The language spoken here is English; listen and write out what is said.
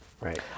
Right